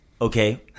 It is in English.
Okay